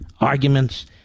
arguments